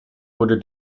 wurde